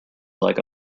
like